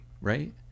right